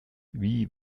wie